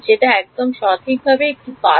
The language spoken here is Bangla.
যেটা একদম সঠিক ভাবে একটা পাস